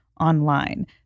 online